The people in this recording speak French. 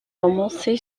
commencée